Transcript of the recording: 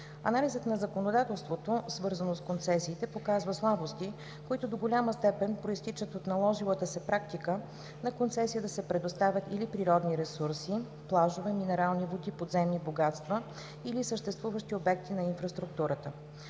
Анализът на законодателството, свързано с концесиите, показа слабости, които до голяма степен произтичат от наложилата се практика на концесия да се предоставят или природни ресурси (плажове, минерални води, подземни богатства), или съществуващи обекти на инфраструктурата.